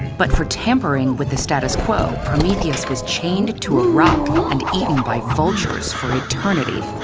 but for tampering with the status quo, prometheus was chained to a rock and eaten by vultures for eternity.